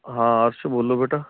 ਹਾਂ ਅਰਸ਼ ਬੋਲੋ ਬੇਟਾ